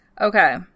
Okay